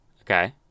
Okay